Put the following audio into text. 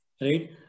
right